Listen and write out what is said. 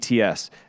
ATS